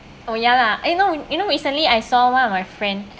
oh ya lah eh you know you know recently I saw one of my friend